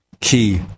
key